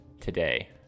today